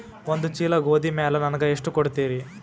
ಒಂದ ಚೀಲ ಗೋಧಿ ಮ್ಯಾಲ ನನಗ ಎಷ್ಟ ಕೊಡತೀರಿ?